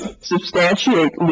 substantiate